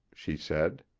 she said.